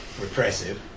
repressive